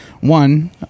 One